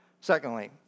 Secondly